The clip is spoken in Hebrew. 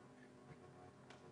אנשים מדברים בהמון היגיון כשהתשובה היא,